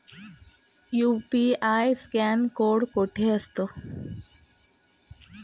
UPI scan code कुठे असतो?